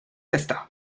está